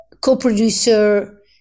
co-producer